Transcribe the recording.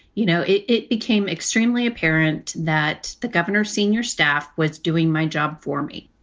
you know, it it became extremely apparent that the governor's senior staff was doing my job for me,